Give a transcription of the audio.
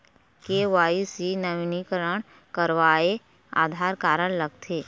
KYC नवीनीकरण करवाये Aadhaar card लगथे?